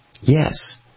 Yes